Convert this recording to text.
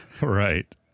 Right